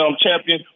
champion